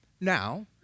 Now